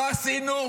לא עשינו,